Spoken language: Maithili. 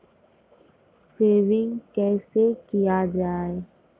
सेविंग कैसै किया जाय?